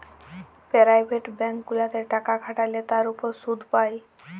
private bank গুলাতে টাকা খাটাল্যে তার উপর শুধ পাই